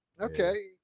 Okay